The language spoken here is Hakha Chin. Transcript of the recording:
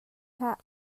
hlah